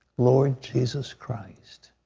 lord jesus christ,